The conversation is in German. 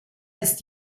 ist